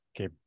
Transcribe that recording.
okay